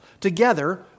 together